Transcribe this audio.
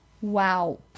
Wow